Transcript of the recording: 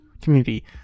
community